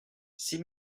six